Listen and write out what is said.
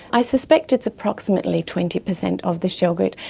i suspect it's approximately twenty percent of the shell grit,